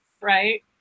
right